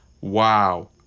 wow